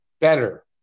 better